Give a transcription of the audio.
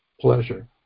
pleasure